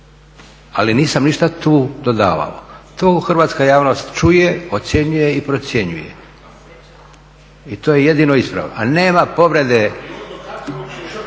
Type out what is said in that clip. Ali nisam ništa tu dodavao. To hrvatska javnost čuje, ocjenjuje i procjenjuje i to je jedino ispravno. Ali nema povrede